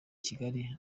kigali